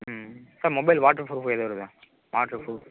ம் sir mobile waterproof எதுவும் இருக்கா வாட்டர் ப்ரூஃப்